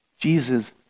Jesus